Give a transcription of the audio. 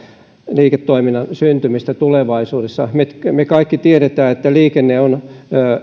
liiketoiminnan syntymistä tulevaisuudessa me kaikki tiedämme että liikenne on